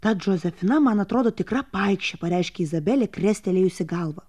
ta džozefina man atrodo tikra paikšė pareiškė izabelė krestelėjusi galvą